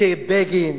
כבגין,